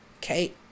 okay